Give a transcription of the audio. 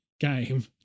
game